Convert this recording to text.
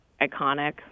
iconic